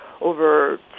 over